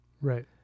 Right